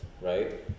right